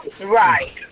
Right